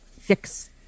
fix